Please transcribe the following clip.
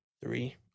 three